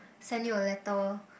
send you a letter